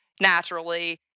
naturally